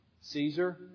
Caesar